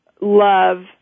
love